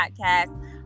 podcast